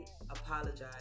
apologize